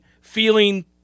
feeling